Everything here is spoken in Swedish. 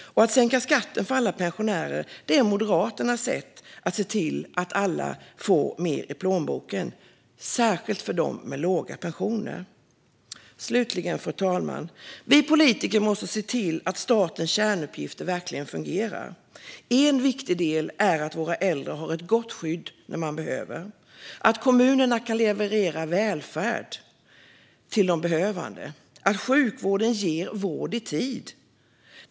Att sänka skatten för alla pensionärer är Moderaternas sätt att se till att alla får mer i plånboken, särskilt de med låga pensioner. Fru talman! Vi politiker måste se till att statens kärnuppgifter verkligen fungerar. En viktig del är att våra äldre har ett gott skydd när de behöver det, att kommunerna kan leverera välfärd till de behövande och att sjukvården ger vård i tid.